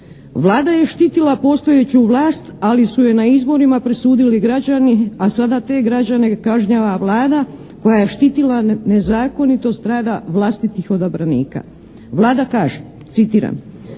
Vlada je štitila postojeću vlast, ali su joj na izborima presudili građani, a sada te građane kažnjava Vlada koja je štitila nezakonitost rada vlastitih odabranika. Vlada kaže, citiram: